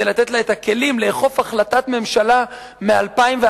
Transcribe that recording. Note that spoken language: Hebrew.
לתת לה את הכלים לאכוף החלטת ממשלה מ-2001.